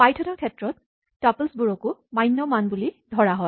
পাইথনৰ ক্ষেত্ৰত টাপল্ছবোৰকো মান্য মান বুলি ধৰা হয়